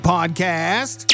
Podcast